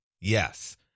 Yes